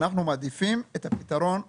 אנחנו מעדיפים את הפתרון הקודם,